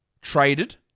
traded